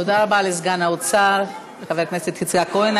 תודה רבה לסגן שר האוצר, חבר הכנסת יצחק כהן.